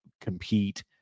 compete